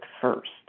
first